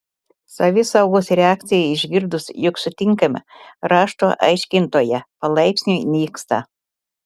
savisaugos reakcija išgirdus jog sutinkame rašto aiškintoją palaipsniui nyksta